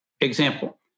Example